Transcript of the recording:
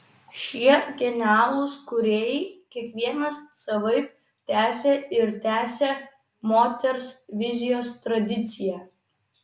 šie genialūs kūrėjai kiekvienas savaip tęsė ir tęsia moters vizijos tradiciją